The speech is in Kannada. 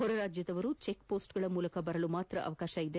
ಹೊರ ರಾಜ್ಯದವರು ಚೆಕ್ಪೋಸ್ಟ್ ಮೂಲಕ ಬರಲು ಅವಕಾಶವಿದೆ